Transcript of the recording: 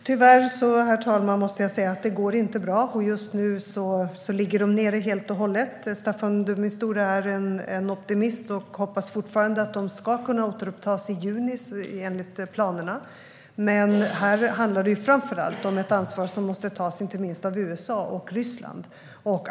Herr talman! Tyvärr måste jag säga att det inte går bra. Just nu ligger de nere helt och hållet. Staffan de Mistura är en optimist och hoppas fortfarande att samtalen ska kunna återupptas i juni enligt planerna. Men här handlar det framför allt om ett ansvar som måste tas inte minst av USA och Ryssland.